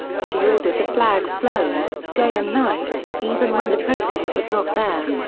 she ordered the flag flown, day and night, even when the president was not there.